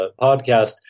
podcast